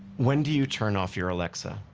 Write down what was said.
when do you turn off your alexa?